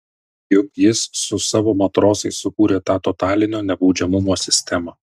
juk jis su savo matrosais sukūrė tą totalinio nebaudžiamumo sistemą